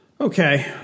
Okay